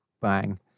Bang